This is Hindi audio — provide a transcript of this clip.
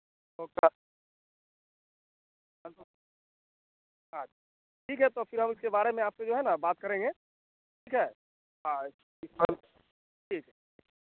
ठीक है तो फिर हम इसके बारे में आपसे जो है ना बात करेंगे ठीक है हाँ ठीक है